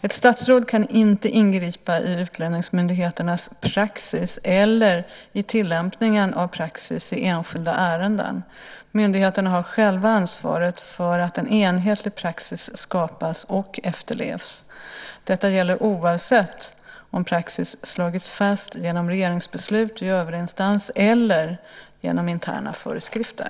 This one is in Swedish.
Ett statsråd kan inte ingripa i utlänningsmyndigheternas praxis eller i tillämpningen av praxis i enskilda ärenden. Myndigheterna har själva ansvaret för att en enhetlig praxis skapas och efterlevs. Detta gäller oavsett om praxis slagits fast genom regeringsbeslut, i överinstans eller genom interna föreskrifter.